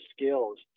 skills